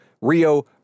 Rio